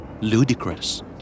Ludicrous